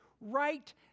right